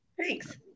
Thanks